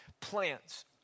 plans